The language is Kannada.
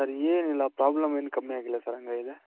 ಸರ್ ಏನಿಲ್ಲ ಪ್ರಾಬ್ಲಮ್ ಏನೂ ಕಮ್ಮಿ ಆಗಿಲ್ಲ ಸರ್ ಹಂಗೆ ಇದೆ